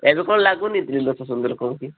ଏବେ କ'ଣ ଲାଗୁନି କହୁଛି